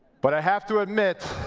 but i have to admit,